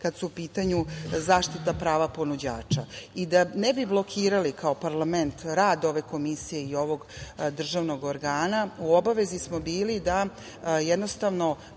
kada su u pitanju zaštita prava ponuđača. Da ne bi blokirali kao parlament rad ove Komisije i ovog državnog organa u obavezi smo bili da kada